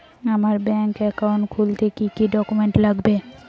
আমার bank account খুলতে কি কি ডকুমেন্ট লাগবে?